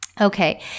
Okay